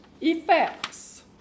effects